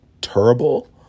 terrible